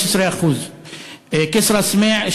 15%; כסרא-סמיע,